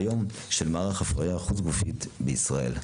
מערך ההפריה החוץ גופית בישראל כיום.